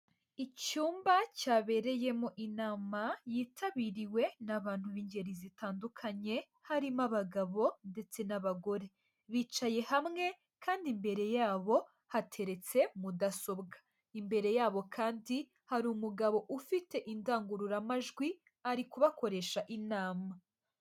Icyumba cyabereyemo inama, yitabiriwe n'abantu b'ingeri zitandukanye, harimo abagabo ndetse n'abagore. Bicaye hamwe kandi imbere yabo hateretse mudasobwa. Imbere yabo kandi hari umugabo ufite indangururamajwi ari kubakoresha inama.